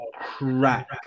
crack